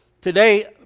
Today